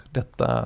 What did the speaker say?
detta